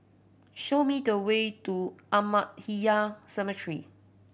show me the way to Ahmadiyya Cemetery